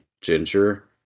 Ginger